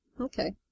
Okay